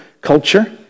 culture